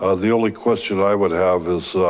ah the only question i would have is